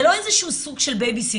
זה לא איזה שהוא סוג של בייביסיטר,